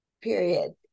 period